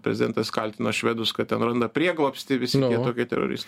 prezidentas kaltina švedus kad ten randa prieglobstį visi tokie teroristai